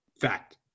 Fact